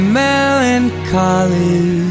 melancholy